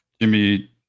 Jimmy